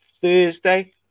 Thursday